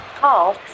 Call